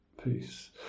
peace